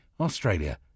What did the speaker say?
Australia